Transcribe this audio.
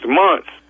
months